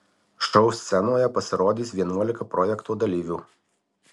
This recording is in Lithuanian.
šou scenoje pasirodys vienuolika projekto dalyvių